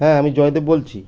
হ্যাঁ আমি জয়দেব বলছি